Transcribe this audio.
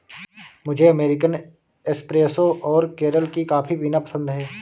मुझे American espresso और केरल की कॉफी पीना पसंद है